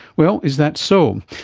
well, is that so? um